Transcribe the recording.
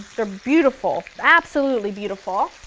they're beautiful, absolutely beautiful.